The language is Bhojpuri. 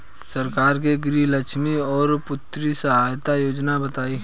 सरकार के गृहलक्ष्मी और पुत्री यहायता योजना बताईं?